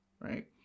right